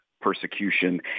persecution